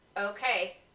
Okay